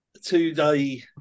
two-day